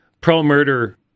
pro-murder